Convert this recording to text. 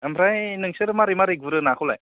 ओमफ्राय नोंसोर मारै मारै गुरो नाखौलाय